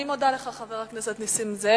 אני מודה לך, חבר הכנסת נסים זאב.